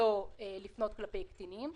שלא לפנות לקטינים.